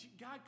God